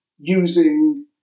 using